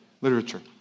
literature